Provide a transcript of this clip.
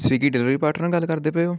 Swiggy delivery partner ਗੱਲ ਕਰਦੇ ਪਏ ਹੋ